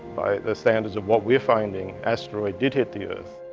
by the standards of what we're finding, asteroid did hit the earth.